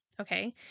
Okay